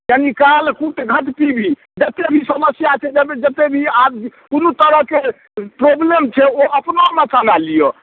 यानी काल कूट घट पीबी जतेक भी समस्या छै जतेक भी कोनो तरहके प्रॉब्लम छै ओ अपनामे समाए लिअ